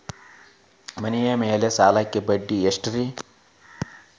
ಮನಿ ಮೇಲಿನ ಸಾಲಕ್ಕ ಬಡ್ಡಿ ಎಷ್ಟ್ರಿ?